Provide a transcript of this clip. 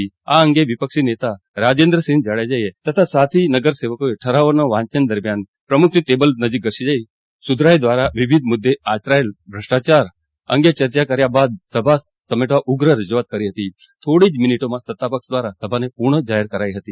આ અંગે વિપક્ષી નેતા રાજેન્દ્રાસિંહ જાડેજા તથા સાથી નગરસેવકોએ ઠરાવોનાં વાંચન દરમ્યાન જ પ્રમુખની ટેબલ નજીક ધસી જઇ સુધરાઇ દ્વારા વિવિધ મુદ્દે આચરાયેલા ભ્રષ્ટાચાર અંગે ચર્ચા કર્યા બાદ જ સભા સમેટવા ઉગ્ર રજૂઆત કરી હતી થોડી જ મિનિટોમાં સત્તાપક્ષ દ્વારા સભાને પૂર્ણ જાહેર કરી નખાઇ હતી